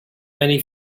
many